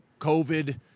COVID